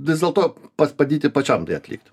vis dėlto pas padyti pačiam tai atlikti